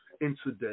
Incident